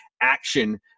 action